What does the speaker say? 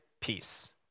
peace